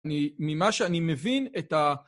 ממה שאני מבין את ה...